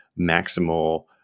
maximal